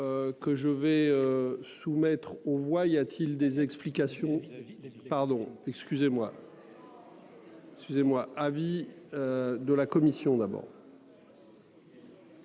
Que je vais soumettre aux voix, y a-t-il des explications. Pardon, excusez-moi. Excusez-moi avis. De la commission d'abord.